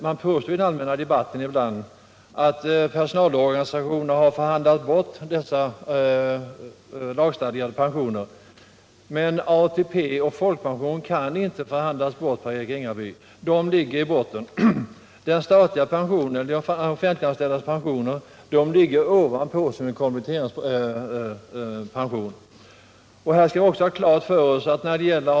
Man påstår ibland i den allmänna debatten att personalorganisationerna har förhandlat bort de lagstadgade pensionerna, men ATP och folkpension kan inte förhandlas bort, Per-Eric Ringaby, utan dessa ligger i botten av de offentliganställdas pensioner. Den senare pensionstypen är alltså en kompletteringspension utöver de lagstadgade pensionerna.